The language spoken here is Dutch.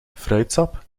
fruitsap